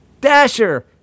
Dasher